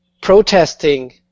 protesting